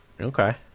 Okay